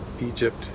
egypt